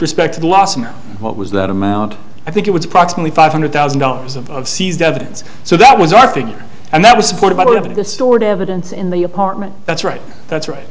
respect to the loss of what was that amount i think it was approximately five hundred thousand dollars of seized evidence so that was our thing and that was supported by the stored evidence in the apartment that's right that's right